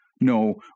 No